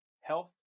health